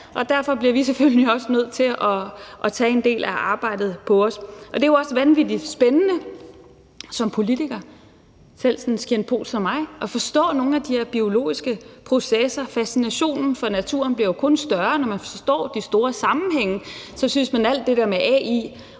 og derfor bliver vi selvfølgelig også nødt til at tage en del af arbejdet på os. Og det er jo også vanvittig spændende som politiker – selv for sådan en cand.scient.pol. som mig – at forstå nogle af de her biologiske processer. Fascinationen af naturen bliver jo kun større, når man forstår de store sammenhænge, og så synes man, at alt det der med AI